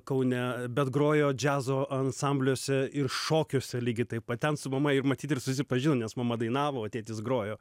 kaune bet grojo džiazo ansambliuose ir šokiuose lygiai taip pat ten su mama matyt ir susipažino nes mama dainavo o tėtis grojo